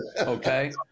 Okay